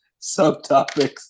subtopics